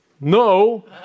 no